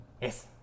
Yes